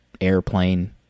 airplane